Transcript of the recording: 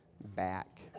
back